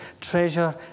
treasure